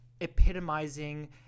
epitomizing